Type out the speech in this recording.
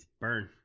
burn